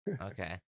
Okay